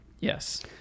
Yes